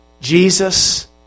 Jesus